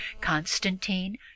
Constantine